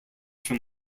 from